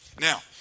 Now